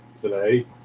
today